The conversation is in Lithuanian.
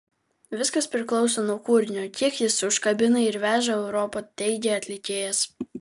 viskas priklauso nuo kūrinio kiek jis užkabina ir veža europa teigė atlikėjas